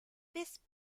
this